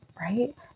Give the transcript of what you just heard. Right